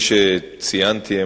כפי שציינתי,